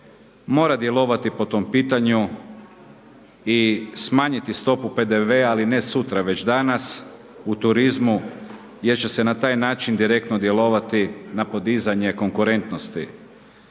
mora djelovati po tom pitanju i smanjiti stopu PDV-a ali ne sutra već danas u turizmu jer će se na taj način direktno djelovati na podizanje konkurentnosti.